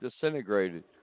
disintegrated